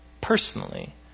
personally